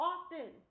Often